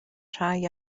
rhai